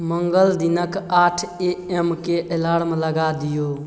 मंगल दिनके आठ A M के अलार्म लगा दिऔ